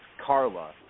Carla